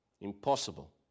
impossible